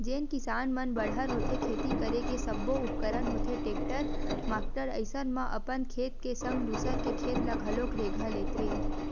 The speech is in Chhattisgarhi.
जेन किसान मन बड़हर होथे खेती करे के सब्बो उपकरन होथे टेक्टर माक्टर अइसन म अपन खेत के संग दूसर के खेत ल घलोक रेगहा लेथे